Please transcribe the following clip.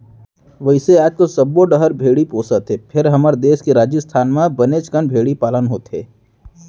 वैसे आजकाल सब्बो डहर भेड़ी पोसत हें फेर हमर देस के राजिस्थान म बनेच कन भेड़ी पालन होथे